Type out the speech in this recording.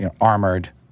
armored